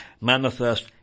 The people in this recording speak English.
manifest